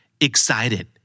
Excited